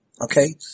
Okay